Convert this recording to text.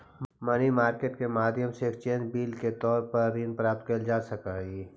money market के माध्यम से एक्सचेंज बिल के तौर पर ऋण प्राप्त कैल जा सकऽ हई